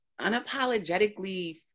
unapologetically